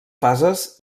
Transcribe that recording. fases